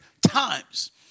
times